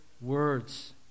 words